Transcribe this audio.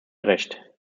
gerecht